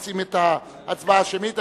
רוצים את ההצבעה השמית.